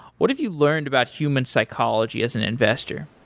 what have you learned about human psychology as an investor?